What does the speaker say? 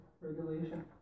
regulation